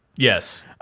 Yes